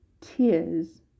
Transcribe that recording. tears